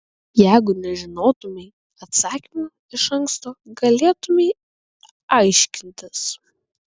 jeigu nežinotumei atsakymo iš anksto galėtumei aiškintis